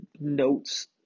notes